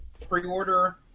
pre-order